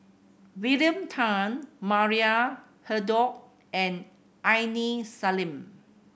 William Tan Maria Hertogh and Aini Salim